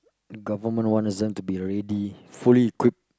government wants them to be ready fully equipped